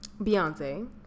Beyonce